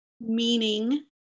meaning